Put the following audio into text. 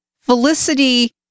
felicity